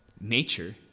nature